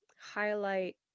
highlight